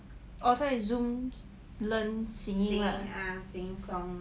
oh 所以 Zoom learn singing lah